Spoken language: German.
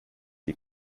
die